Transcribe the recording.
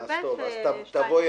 20. (היו"ר עבד אל חכים חאג'